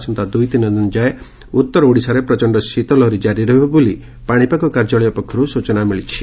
ଆସନ୍ତା ଦୂଇ ତିନିଦିନ ଯାଏ ଉତ୍ତର ଓଡ଼ିଶାରେ ପ୍ରଚଣ୍ଡ ଶୀତ ଲହରି ଜାରି ରହିବ ବୋଲି ପାଶିପାଗ କାର୍ଯ୍ୟାଳୟ ପକ୍ଷରୁ ସୂଚନା ଦିଆଯାଇଛି